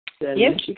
Yes